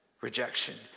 rejection